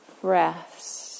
breaths